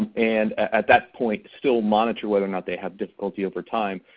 and at that point still monitor whether or not they have difficulty over time,